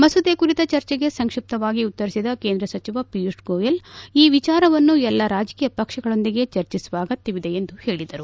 ಮಸೂದೆ ಕುರಿತ ಚರ್ಚೆಗೆ ಸಂಕ್ಷಿಪ್ತವಾಗಿ ಉತ್ತರಿಸಿದ ಕೇಂದ್ರ ಸಚಿವ ಪಿಯೂಷ್ ಗೋಯಲ್ ಈ ವಿಚಾರವನ್ನು ಎಲ್ಲ ರಾಜಕೀಯ ಪಕ್ಷಗಳೊಂದಿಗೆ ಚರ್ಚಿಸುವ ಅಗತ್ಯವಿದೆ ಎಂದು ಹೇಳಿದರು